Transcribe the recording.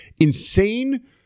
insane